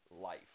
life